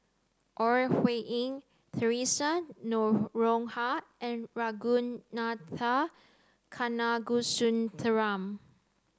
Ore Huiying Theresa Noronha and Ragunathar Kanagasuntheram